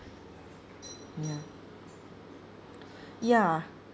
ya ya